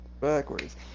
Backwards